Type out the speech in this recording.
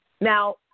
Now